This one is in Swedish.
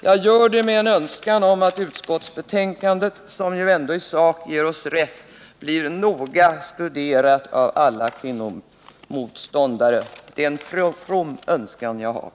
Jag gör det med en önskan om att betänkandet, som ändå i sak ger oss rätt, blir noga studerat av alla kvinnoprästmotståndare. Det är en from önskan jag har.